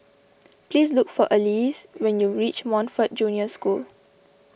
please look for Elease when you reach Montfort Junior School